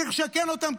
צריך לשכן אותם,